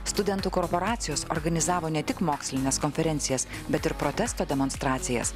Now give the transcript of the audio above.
studentų korporacijos organizavo ne tik mokslines konferencijas bet ir protesto demonstracijas